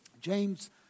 James